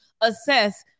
assess